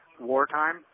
wartime